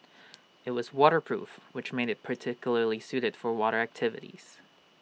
IT was waterproof which made IT particularly suited for water activities